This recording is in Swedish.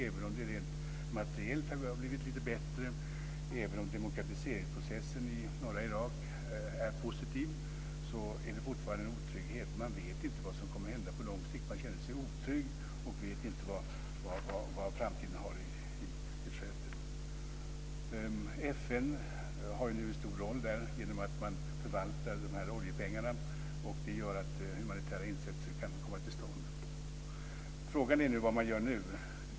Även om det rent materiellt har blivit lite bättre och även om demokratiseringsprocessen i norra Irak är positiv är det fortfarande en otrygghet. De vet inte vad som kommer att hända på lång sikt. De känner sig otrygga och vet inte vad framtiden har i sitt sköte. FN har nu en stor roll i och med att man förvaltar de här oljepengarna. Det gör att humanitära insatser kan komma till stånd. Frågan är vad man gör nu.